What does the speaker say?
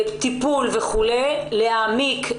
טיפול וכו' להתעמק.